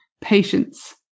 patience